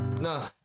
No